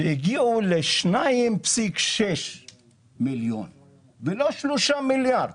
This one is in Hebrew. והגיעו ל-2,6 מיליון ולא 3 מיליארד.